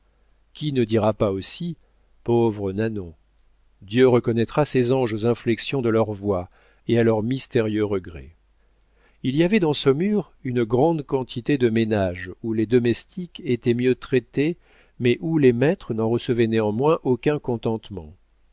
qui ne dira pas aussi pauvre nanon dieu reconnaîtra ses anges aux inflexions de leur voix et de leurs mystérieux regrets il y avait dans saumur une grande quantité de ménages où les domestiques étaient mieux traités mais où les maîtres n'en recevaient néanmoins aucun contentement